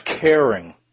caring